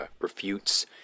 refutes